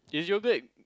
is yoghurt